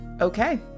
Okay